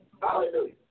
Hallelujah